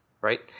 right